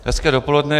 Hezké dopoledne.